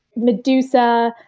medusa,